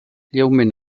lleument